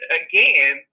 again